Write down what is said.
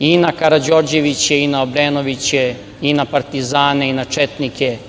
i na Karađorđeviće i na Obrenoviće i na partizane i na četnike,